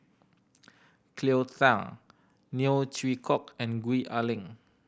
Cleo Thang Neo Chwee Kok and Gwee Ah Leng